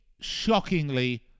shockingly